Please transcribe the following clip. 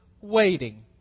waiting